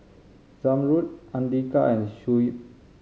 Zamrud Andika and Shuib